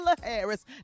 Harris